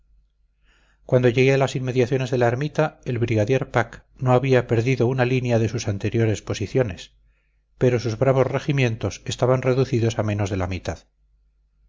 cuando llegué a las inmediaciones de la ermita el brigadier pack no había perdido una línea de sus anteriores posiciones pero sus bravos regimientos estaban reducidos a menos de la mitad